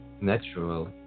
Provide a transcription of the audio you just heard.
natural